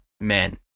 men